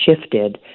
shifted